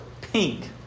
pink